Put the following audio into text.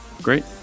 great